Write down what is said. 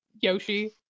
yoshi